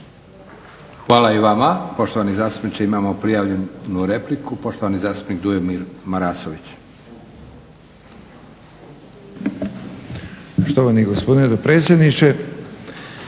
Hvala i vama. Poštovani zastupniče imamo prijavljenu repliku. Poštovani zastupnik Dujomir Marasović.